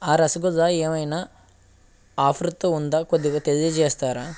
ఆ రసగుల్లా ఏమైనా ఆఫర్తో ఉందా కొద్దిగా తెలియజేస్తారా